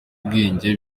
ubwenge